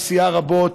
שסייעה רבות,